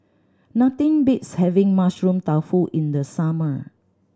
nothing beats having Mushroom Tofu in the summer